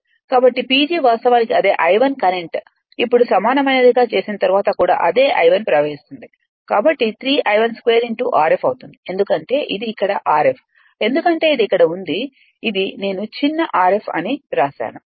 కాబట్టి PG వాస్తవానికి అదేI1 కరెంట్ ఇప్పుడు సమానమైనదిగా చేసిన తరువాత కూడా అదే I1 ప్రవహిస్తుంది కాబట్టి 3 I12 Rf అవుతుంది ఎందుకంటే ఇది ఇక్కడ Rf ఎందుకంటే ఇది ఇక్కడ ఉంది ఇది నేను చిన్న Rf అని వ్రాసాను